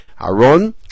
Aaron